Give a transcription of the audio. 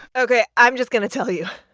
ok. i'm just going to tell you.